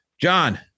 John